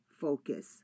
focus